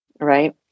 right